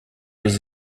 les